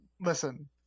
Listen